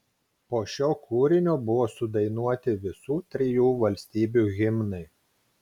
po šio kūrinio buvo sudainuoti visų trijų valstybių himnai